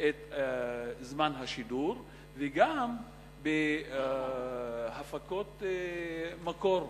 את זמן השידור, וגם בהפקות מקור,